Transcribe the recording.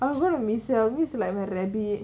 I'm gonna miss you miss like my rabbit